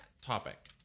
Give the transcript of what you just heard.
topic